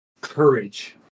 courage